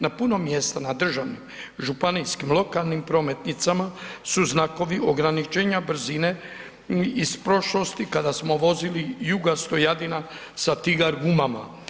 Na puno mjesta, na državnim, županijskim, lokalnim prometnicama su znakovi ograničenja brzine iz prošlosti kada smo vozili Juga, stojadina sa tigar gumama.